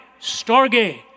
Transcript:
storge